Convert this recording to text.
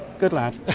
good lad,